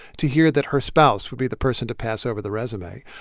to hear that her spouse would be the person to pass over the resume.